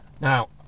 Now